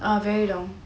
ah very long